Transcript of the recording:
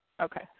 Okay